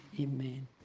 Amen